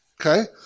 okay